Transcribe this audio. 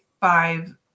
five